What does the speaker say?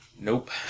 Nope